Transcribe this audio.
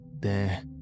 There